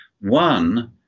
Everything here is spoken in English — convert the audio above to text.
one